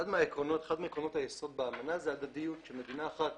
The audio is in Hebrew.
אחד מעקרונות היסוד באמנה זה הדדיות, שמדינה אחת